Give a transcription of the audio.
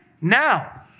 now